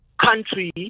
country